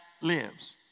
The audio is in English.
lives